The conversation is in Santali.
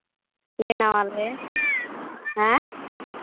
ᱵᱮᱱᱟᱣᱟᱞᱮ ᱦᱮᱸ